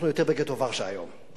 אנחנו יותר בגטו ורשה היום.